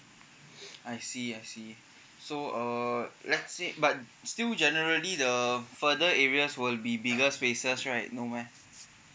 I see I see so err let's say but still generally the further areas will be bigger spaces right no meh